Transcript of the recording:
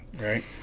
right